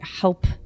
help